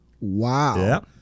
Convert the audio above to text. Wow